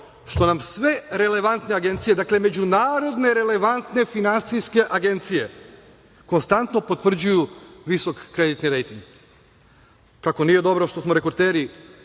što nam sve relevantne agencije, dakle međunarodne relevantne finansijske agencije konstantno potvrđuju visok kreditni rejting. Kako nije dobro što smo rekorderi